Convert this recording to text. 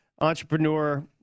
entrepreneur